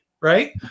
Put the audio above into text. right